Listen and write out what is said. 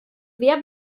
wer